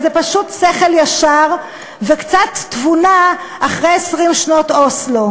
אלא זה פשוט שכל ישר וקצת תבונה אחרי 20 שנות אוסלו.